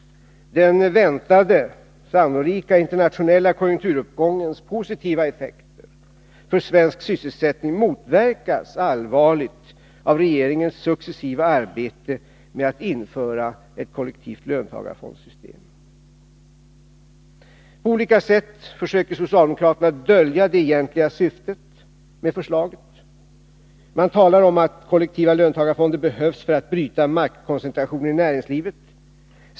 Den väntade och sannolika internationella konjunkturuppgångens positiva effekter för svensk sysselsättning motverkas allvarligt av regeringens successiva arbete med att införa ett kollektivt löntagarfondssystem. På olika sätt försöker socialdemokraterna dölja det egentliga syftet med sitt förslag. Man talar om att kollektiva löntagarfonder behövs för att bryta maktkoncentrationen i näringslivet.